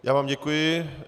Já vám děkuji.